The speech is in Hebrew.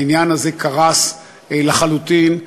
העניין הזה קרס לחלוטין,